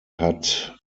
hat